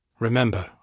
Remember